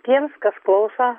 tiems kas klauso